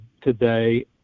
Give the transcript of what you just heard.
today